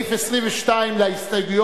סעיף 22 להסתייגויות,